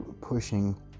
pushing